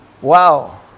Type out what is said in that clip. wow